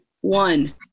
One